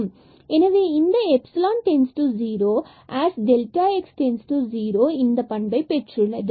எனவே இந்த epsilon ϵ→0asx→0 இந்த பண்பை பெற்றுள்ளது